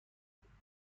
مخلوقات